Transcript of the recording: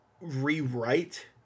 rewrite